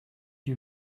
you